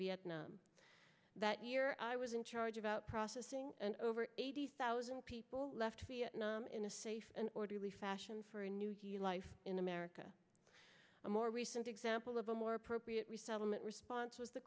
vietnam that year i was in charge about processing and over eighty thousand people left vietnam in a safe and orderly fashion for a new life in america a more recent example of a more appropriate resettlement response was t